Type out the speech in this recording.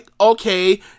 okay